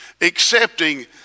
accepting